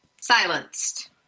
Silenced